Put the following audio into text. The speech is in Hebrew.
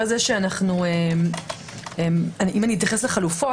אם אתייחס לחלופות,